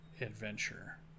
adventure